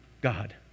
God